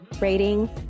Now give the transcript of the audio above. rating